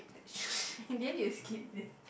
in the end you skip this